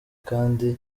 kandi